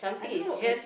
I don't know it